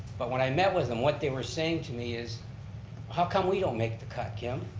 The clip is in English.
but when i met with them, what they were saying to me is how come we don't make the cut, kim?